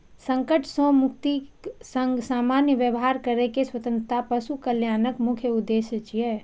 संकट सं मुक्तिक संग सामान्य व्यवहार करै के स्वतंत्रता पशु कल्याणक मुख्य उद्देश्य छियै